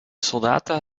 soldaten